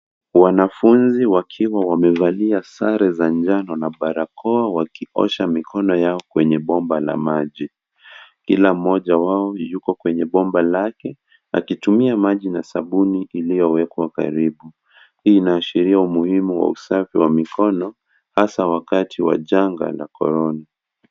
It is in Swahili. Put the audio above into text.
Wanafunzi wakiwa wamevalia sare za njano na barakoa wakiosha mikono yao kwenye bomba la maji. Kila mmoja wao yuko kwenye bomba lake akitumia maji na sabuni iliyowekwa karibu. Hii inaashiria umuhimu wa usafi wa mikono, hasa wakati wa janga la korona.